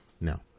No